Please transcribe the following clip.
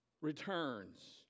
returns